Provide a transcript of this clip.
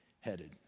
headed